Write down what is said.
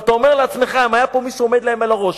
ואתה אומר לעצמך: אם היה פה מישהו שעומד להם על הראש,